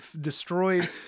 destroyed